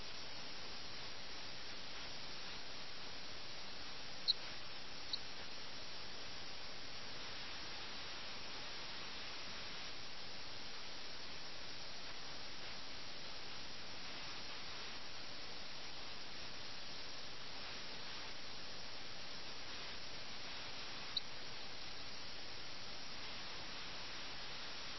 അതിനാൽ മിറിന്റെ ഭാര്യയുടെ കാമുകൻ രാജാവ് പറഞ്ഞയച്ചിട്ട് വന്ന ഒരു വ്യക്തിയായി പ്രവർത്തിക്കുന്നു എന്നിട്ട് അവൻ ഈ സന്ദേശം നൽകുന്നു അത് സത്യമെന്ന് വ്യാഖ്യാനിക്കാവുന്നവയായിരുന്നു കാരണം ആ ഘട്ടത്തിൽ രാജ്യത്ത് രാഷ്ട്രീയ പ്രക്ഷുബ്ധതയുണ്ടായിരുന്നു